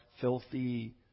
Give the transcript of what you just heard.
filthy